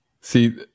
See